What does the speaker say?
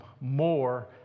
more